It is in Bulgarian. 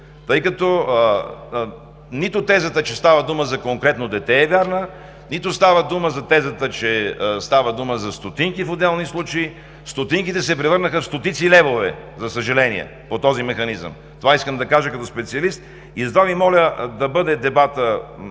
тъй като нито тезата, че става дума за конкретно дете, е вярна, нито тезата, че става дума за стотинки в отделни случаи. Стотинките се превърнаха в стотици левове, за съжаление, по този механизъм. Това искам да кажа като специалист. Затова Ви моля дебатът